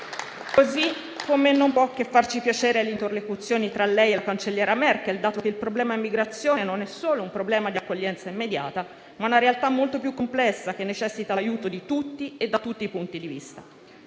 Così come non può che farci piacere l'interlocuzione tra lei e la cancelliera Merkel, dato che il problema immigrazione non è solo un problema di accoglienza immediata, ma è una realtà molto più complessa, che necessita l'aiuto di tutti e da tutti i punti di vista.